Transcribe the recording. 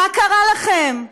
מה קרה לכם?